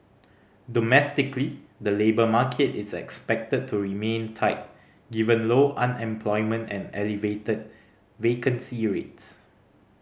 domestically the labour market is expected to remain tight given low unemployment and elevated vacancy rates